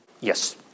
Yes